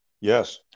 yes